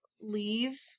leave